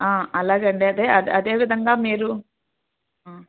అలాగేండి అదే అదే విధంగా మీరు